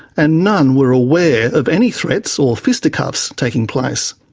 and none were aware of any threats or fisticuffs taking place.